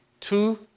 two